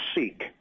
seek